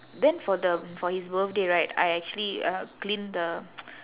then for the for his birthday right I actually uh clean the